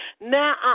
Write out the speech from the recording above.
Now